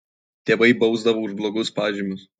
tėvai bausdavo už blogus pažymius